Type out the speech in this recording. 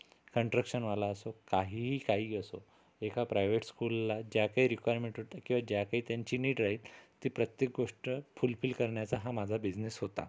कनट्रक्शनवाला असो काहीही काहीही असो एका प्राईव्हेट स्कूलला ज्या काही रिक्वायरमेंट होत्या किंवा ज्या काही त्यांची नीड राहील ते प्रत्येक गोष्ट फुलफिल करण्याचा हा माझा बिजनेस होता